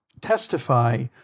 testify